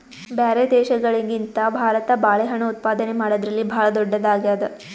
ಬ್ಯಾರೆ ದೇಶಗಳಿಗಿಂತ ಭಾರತ ಬಾಳೆಹಣ್ಣು ಉತ್ಪಾದನೆ ಮಾಡದ್ರಲ್ಲಿ ಭಾಳ್ ಧೊಡ್ಡದಾಗ್ಯಾದ